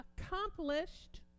accomplished